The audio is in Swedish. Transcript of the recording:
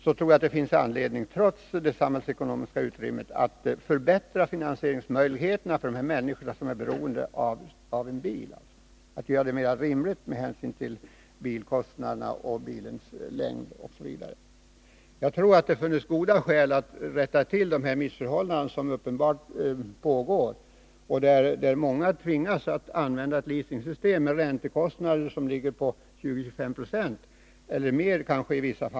Jag tror alltså att det trots det samhällsekonomiska läget finns anledning att förbättra finansieringsmöjligheterna för de människor som är beroende av bil och göra avbetalningen mer rimlig med hänsyn till bilkostnaderna, bilens livslängd osv. Jag tror att det finns goda skäl att rätta till de missförhållanden som uppenbarligen förekommer. Många tvingas nu att leasa sin bil till räntekostnader som ligger på 20 å 25 96 eller i vissa fall kanske ännu mer.